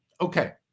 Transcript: Okay